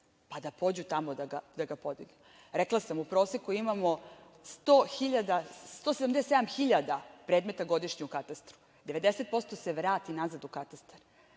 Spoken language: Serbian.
pa da pođu tamo da ga podignu. Rekla sam, u proseku imamo 177 hiljada predmeta godišnje u katastru, 90% se vrati nazad u katastar.